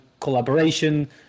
collaboration